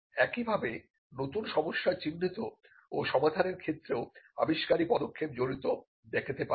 একইভাবে নতুন সমস্যা চিহ্নিত ও সমাধানের ক্ষেত্রেও আবিষ্কারী পদক্ষেপ জড়িত দেখাতে পারবেন